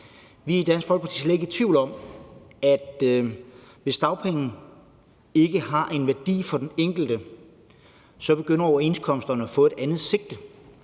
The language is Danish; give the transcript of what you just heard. Vi er i Dansk Folkeparti slet ikke i tvivl om, at hvis dagpenge ikke har en værdi for den enkelte, begynder overenskomsterne at få et andet sigte.